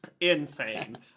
insane